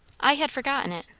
i had forgotten it.